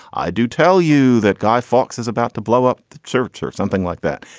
i do tell you that guy fawkes is about to blow up the church or something like that.